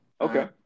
Okay